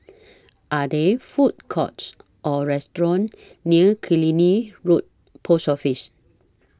Are There Food Courts Or restaurants near Killiney Road Post Office